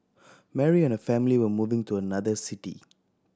Mary and her family were moving to another city